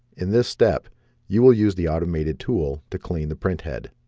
in this step you will use the automated tool to clean the printhead